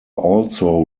also